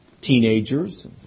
Teenagers